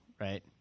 right